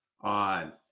on